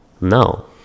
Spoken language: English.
No